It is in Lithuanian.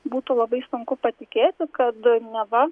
būtų labai sunku patikėti kad neva